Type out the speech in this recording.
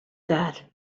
that